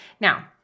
Now